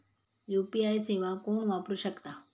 UPI सेवा कोण वापरू शकता?